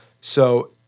So-